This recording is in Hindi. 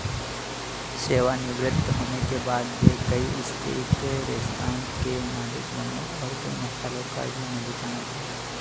सेवानिवृत्त होने के बाद वे कई स्टीक रेस्तरां के मालिक बनें और कई मसालों का भी मालिकाना था